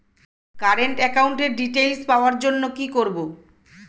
Current একাউন্টের details পাওয়ার জন্য কি করব?